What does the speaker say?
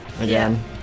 Again